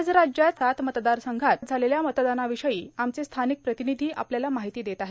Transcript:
आज राज्यात सात मतदारसंघांत झालेल्या मतदानाविषयी आमचे स्थानिक प्रतिनिधी आपल्याला माहिती देत आहेत